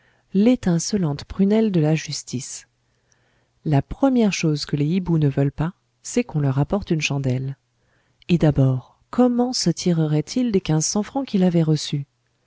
l'étincelante prunelle de la justice la première chose que les hiboux ne veulent pas c'est qu'on leur apporte une chandelle et d'abord comment se tirerait il des quinze cents francs qu'il avait reçus